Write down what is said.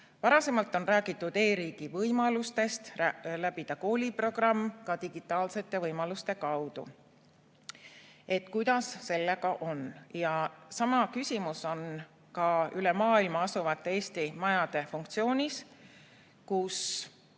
Varasemalt on räägitud e-riigi võimalustest läbida kooliprogramm digitaalsete võimaluste kaudu. Kuidas sellega on? Sama küsimus on ka üle maailma asuvate Eesti majade funktsiooni